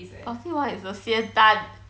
baoziwan is a 仙丹